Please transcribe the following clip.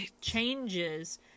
changes